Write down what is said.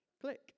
Click